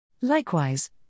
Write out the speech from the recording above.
Likewise